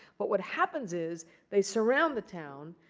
but what happens is they surround the town.